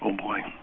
um boy.